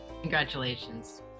Congratulations